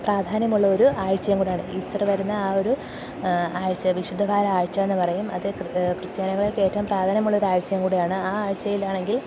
പ്രാധാന്യമുള്ള ഒരു ആഴ്ചയും കൂടെയാണ് ഈസ്റ്റർ വരുന്ന ആ ഒരു ആ ആഴ്ച വിശുദ്ധവാര ആഴ്ചയെന്നു പറയും അതു ക്രിസ്ത്യാനികള്ക്കേറ്റവും പ്രാധാന്യമുള്ളൊരു ആഴ്ചയും കൂടിയാണ് ആ ആഴ്ചയിലാണെങ്കിൽ